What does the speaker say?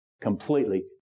completely